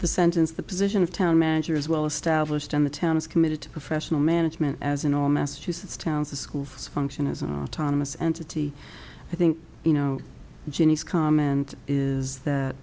the sentence the position of town manager is well established and the town is committed to professional management as in all massachusetts towns a school function is a time this entity i think you know jenny's comment is that